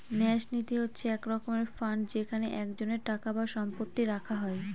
ন্যাস নীতি হচ্ছে এক রকমের ফান্ড যেখানে একজনের টাকা বা সম্পত্তি রাখা হয়